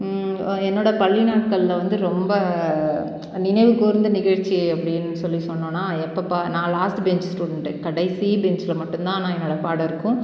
என்னோடய பள்ளி நாட்களில் வந்து ரொம்ப நினைவுகூர்ந்த நிகழ்ச்சி அப்படின்னு சொல்லி சொன்னோன்னால் எப்பப்பாே நான் லாஸ்ட்டு பெஞ்ச் ஸ்டூடண்ட்டு கடைசி பெஞ்ச்சில் மட்டும் தான் ஆனால் என்னோடய பாடம் இருக்கும்